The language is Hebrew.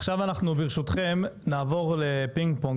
עכשיו אנחנו ברשותכם נעבור לפינג פונג